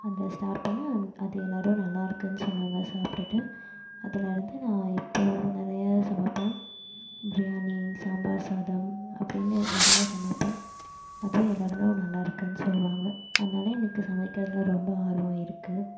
அந்த ஸ்டார்ட் பண்ணே அது எல்லோரும் நல்லாயிருக்குன்னு சொன்னாங்க சாப்பிட்டுட்டு அதுலேருந்து நான் இப்போது நிறைய சமைப்பேன் பிரியாணி சாம்பார் சாதம் அப்படின்னு நிறைய சமைப்பேன் அதுவே எல்லோரும் நல்லாயிருக்குன்னு சொல்வாங்க அதனால் எனக்கு சமைக்கிறதில் ரொம்ப ஆர்வம் இருக்குது